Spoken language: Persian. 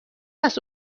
است